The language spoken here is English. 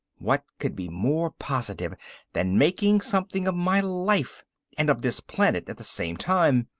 what could be more positive than making something of my life and of this planet at the same time.